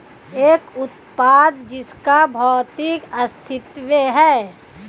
एक उत्पाद जिसका भौतिक अस्तित्व है?